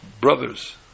brothers